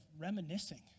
reminiscing